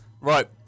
Right